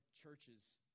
churches